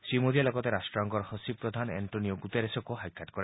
শ্ৰীমোডীয়ে লগতে ৰাট্টসংঘৰ সচিব প্ৰধান এণ্টনিঅ গুটেৰেছকো সাক্ষাৎ কৰে